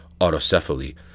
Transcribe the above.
autocephaly